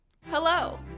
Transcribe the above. Hello